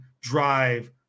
drive